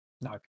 No